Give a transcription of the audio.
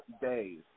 days